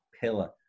pillar